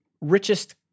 richest